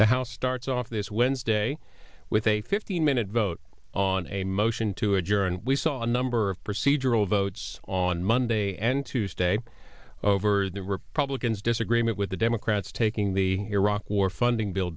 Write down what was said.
the house starts off this wednesday with a fifteen minute vote on a motion to adjourn we saw a number of procedural votes on monday and tuesday over the republicans disagreement with the democrats taking the iraq war funding bill